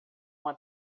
uma